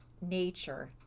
nature